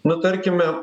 nu tarkime